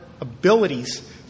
abilities